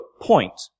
point